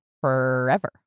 forever